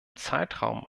zeitraum